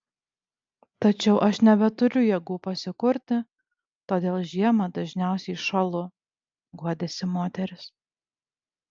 tačiau aš nebeturiu jėgų pasikurti todėl žiemą dažniausiai šąlu guodėsi moteris